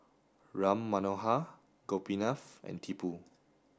Ram Manohar Gopinath and Tipu